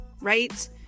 right